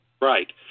Right